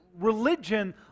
religion